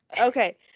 Okay